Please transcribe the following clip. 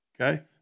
okay